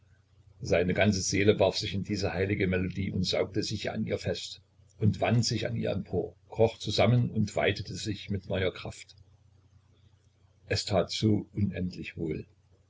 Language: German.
seine ganze seele warf sich in diese heilige melodie und saugte sich an ihr fest und wand sich an ihr empor kroch zusammen und weitete sich mit neuer kraft es tat so unendlich wohl